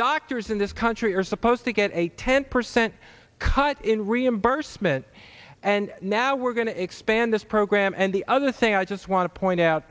doctors in this country are supposed to get a ten percent cut in reimbursement and now we're going to expand this program and the other thing i just want to point out